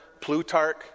Plutarch